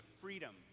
freedom